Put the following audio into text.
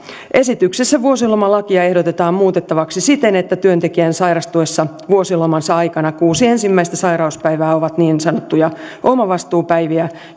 esityksessä vuosilomalakia ehdotetaan muutettavaksi siten että työntekijän sairastuessa vuosilomansa aikana kuusi ensimmäistä sairauspäivää ovat niin sanottuja omavastuupäiviä